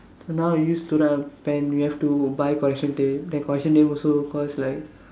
then now we used to rely on pen we have to buy correction tape the correction tape also cost like